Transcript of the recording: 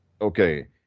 Okay